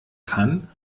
kann